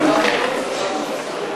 אני שואלת אותך.